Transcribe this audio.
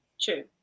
True